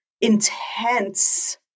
intense